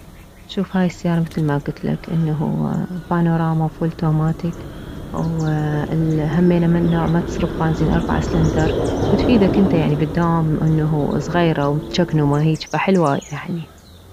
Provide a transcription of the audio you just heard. شوف هاي السيارة مثل ما كتلك انه بانوراما و فول توماتيك وال همينه من نوع ما تصرف بانزين اربعة سلندر وتفيدك انت يعني بالدوام انه صغيرة ومجكنمة هيج فحلوة يعني